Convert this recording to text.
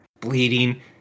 bleeding